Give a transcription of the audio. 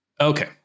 okay